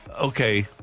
Okay